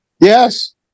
Yes